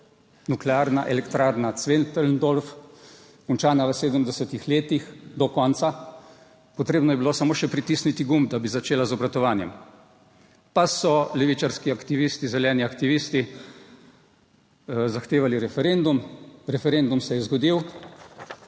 nuklearna elektrarna Zwentendorf končana v 70. letih do konca, potrebno je bilo samo še pritisniti gumb, da bi začela z obratovanjem pa so levičarski aktivisti, zeleni aktivisti zahtevali referendum. Referendum se je zgodil